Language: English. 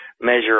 measure